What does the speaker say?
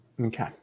Okay